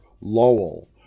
Lowell